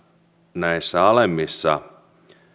näissä alemmissa